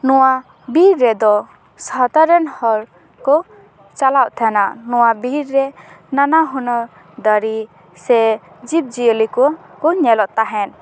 ᱱᱚᱣᱟ ᱵᱤᱨ ᱨᱮᱫᱚ ᱥᱟᱫᱷᱟᱨᱚᱱ ᱦᱚᱲ ᱠᱚ ᱪᱟᱞᱟᱣᱮᱫ ᱛᱟᱦᱮᱱᱟ ᱱᱚᱣᱟ ᱵᱤᱨ ᱨᱮ ᱱᱟᱱᱟ ᱦᱩᱱᱟᱹᱨ ᱫᱟᱨᱮ ᱥᱮ ᱡᱤᱵᱽ ᱡᱤᱭᱟᱹᱞᱤ ᱠᱚ ᱧᱮᱞᱚᱜ ᱛᱟᱦᱮᱸ